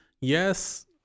Yes